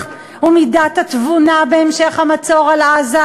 ועל מידת התבונה בהמשך המצור על עזה?